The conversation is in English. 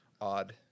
odd